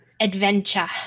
adventure